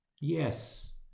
Yes